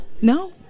No